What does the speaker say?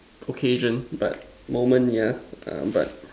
occasion but moment yeah um but